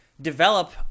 develop